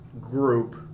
group